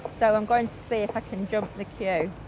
so i'm going to see if i can jump the queue.